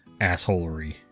assholery